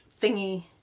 thingy